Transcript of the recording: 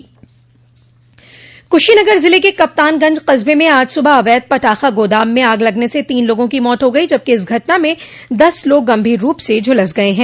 कुशीनगर जिले के कप्तानगंज कस्बे में आज सुबह अवैध पटाखा गोदाम में आग लगने से तीन लोगों की मौत हो गई जबकि इस घटना में दस लोग गंभीर रूप से झुलस गये हैं